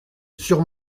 sur